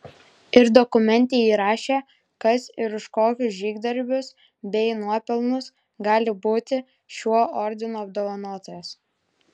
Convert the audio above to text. ir dokumente įrašė kas ir už kokius žygdarbius bei nuopelnus gali būti šiuo ordinu apdovanotas